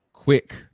Quick